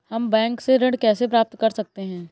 हम बैंक से ऋण कैसे प्राप्त कर सकते हैं?